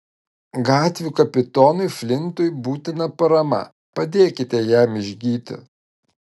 gatvių kapitonui flintui būtina parama padėkite jam išgyti